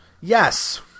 Yes